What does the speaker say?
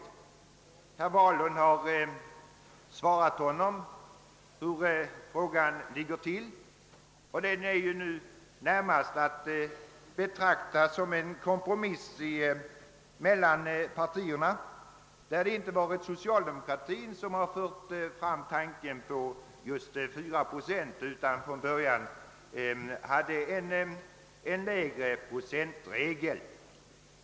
Herr Wahlund har svarat honom hur frågan ligger till. Regeln är närmast att betrakta som en kompromiss mellan partierna. Det har inte varit socialdemokratin som har fört fram tanken på just 4 procent, utan vi hade från början tänkt oss en lägre procentregel.